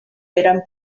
eren